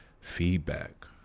Feedback